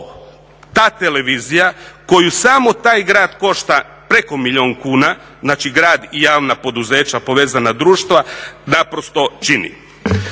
ta televizija koju samo taj grad košta preko milijun kuna, znači grad i javna poduzeća povezana društva naprosto čini.